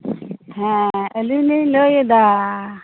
ᱦᱮᱸ ᱟᱹᱞᱤᱧ ᱞᱤᱧ ᱞᱟᱹᱭ ᱮᱫᱟ